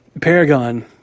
Paragon